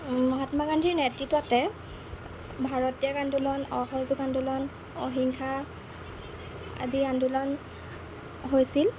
মহাত্মা গান্ধীৰ নেতৃততে ভাৰতীয় আন্দোলন অসহযোগ আন্দোলন অহিংসা আদি আন্দোলন হৈছিল